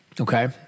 okay